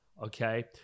okay